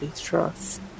trust